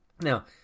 Now